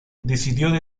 decidió